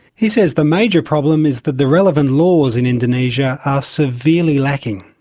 he says the major problem is that the relevant laws in indonesia are severely lacking.